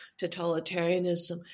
totalitarianism